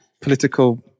Political